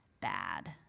bad